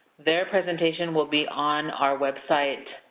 their presentation will be on our website.